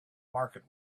market